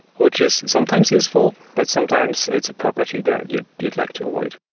which is sometimes useful but sometimes it's a property that you'd you'd like to avoid.